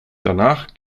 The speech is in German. danach